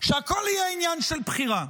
שהכול יהיה עניין של בחירה.